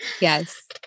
Yes